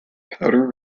powder